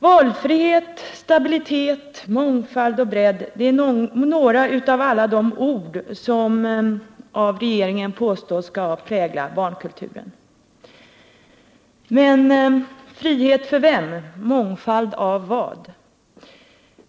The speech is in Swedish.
Valfrihet, mångfald, stabilitet och bredd — det är några av alla de ord som av regeringen påstås skall prägla barnkulturen. Frihet för vem — mångfald av vad?